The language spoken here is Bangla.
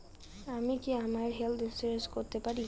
আমি কি আমার হেলথ ইন্সুরেন্স করতে পারি?